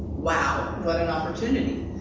wow! what an opportunity.